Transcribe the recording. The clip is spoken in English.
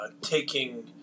taking